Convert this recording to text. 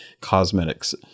cosmetics